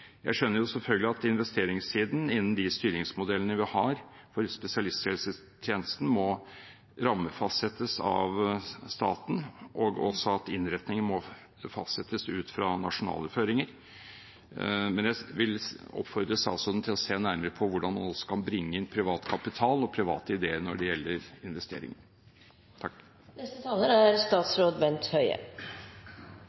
Jeg skjønner jo selvfølgelig at investeringssiden innen de styringsmodellene vi har for spesialisthelsetjenesten, må rammefastsettes av staten, og også at innretningen må fastsettes ut fra nasjonale føringer, men jeg vil oppfordre statsråden til å se nærmere på hvordan man nå også kan bringe inn privat kapital og private ideer når det gjelder investeringer. Takk for tilbakemeldingen. Jeg er